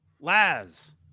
Laz